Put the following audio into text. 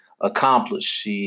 accomplished